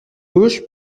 gauche